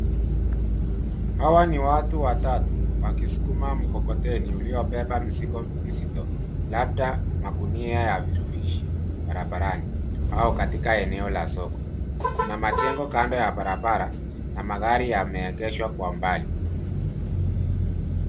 Hawa ni watu watatu wakisukuma mkokoteni uliobeba mizigo mizito, labda magunia ya vifurushi barabarani au katika eneo la soko. Kuna majengo kando ya barabara na magari yameegeshwa kwa mbali.